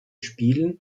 spielen